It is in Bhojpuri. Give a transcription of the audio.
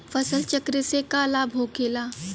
फसल चक्र से का लाभ होखेला?